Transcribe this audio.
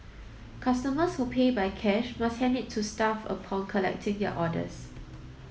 customers who pay by cash must hand it to staff upon collecting their orders